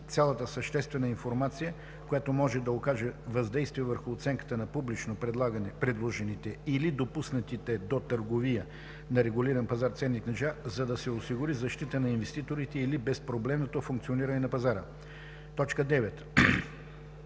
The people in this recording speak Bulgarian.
цялата съществена информация, която може да окаже въздействие върху оценката на публично предложените или допуснатите до търговия на регулиран пазар ценни книжа, за да се осигури защита на инвеститорите или безпроблемното функциониране на пазара; 9.